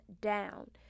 down